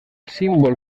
símbol